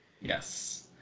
Yes